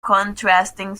contrasting